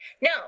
No